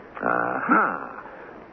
Aha